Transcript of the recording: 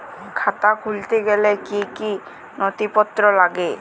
খাতা খুলতে গেলে কি কি নথিপত্র লাগে?